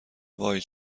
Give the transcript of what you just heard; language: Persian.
وای